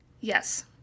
yes